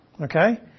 Okay